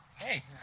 Hey